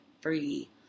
Free